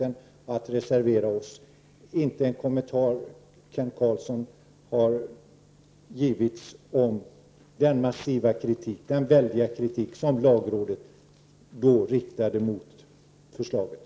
Men inte en enda kommentar har fällts beträffande den massiva kritik som lagrådet riktade mot förslaget i samband med granskningen.